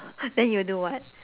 then you do what